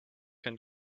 can